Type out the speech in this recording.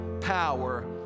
power